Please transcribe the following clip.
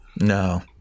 No